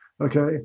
Okay